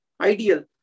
ideal